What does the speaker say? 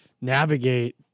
navigate